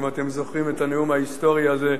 אם אתם זוכרים את הנאום ההיסטורי הזה: